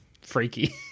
freaky